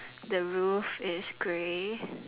the roof is grey